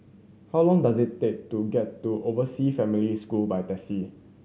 how long does it take to get to Oversea Family School by taxi